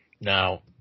Now